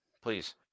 Please